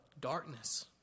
darkness